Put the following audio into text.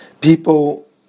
people